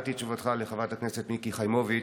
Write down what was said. שמעתי את תשובתך לחברת הכנסת מיקי חיימוביץ',